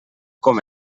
com